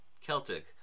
Celtic